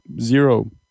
zero